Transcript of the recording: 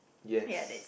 yes